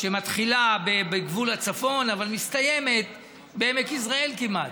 שמתחילה בגבול הצפון אבל מסתיימת בעמק יזרעאל כמעט.